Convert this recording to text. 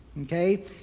Okay